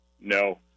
No